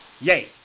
Yay